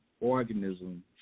organism